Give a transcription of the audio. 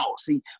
See